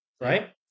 right